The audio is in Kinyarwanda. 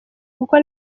kuko